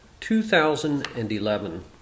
2011